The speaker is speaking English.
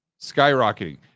skyrocketing